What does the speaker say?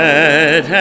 Let